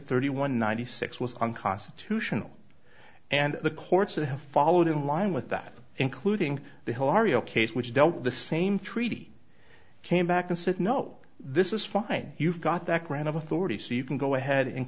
thirty one ninety six was unconstitutional and the courts that have followed in line with that including the horrible case which dealt with the same treaty came back and said no this is fine you've got that grant of authority so you can go ahead and